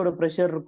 pressure